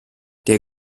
der